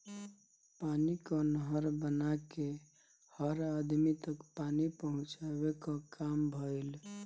पानी कअ नहर बना के हर अदमी तक पानी पहुंचावे कअ काम भइल